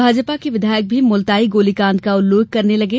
भाजपा के विधायक भी मुलताई गोलीकांड का उल्लेख करने लगे